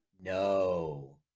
No